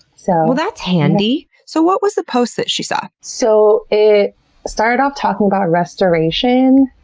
so that's handy. so what was the post that she saw? so it started off talking about restoration,